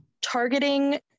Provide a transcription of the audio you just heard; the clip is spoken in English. targeting